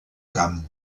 camp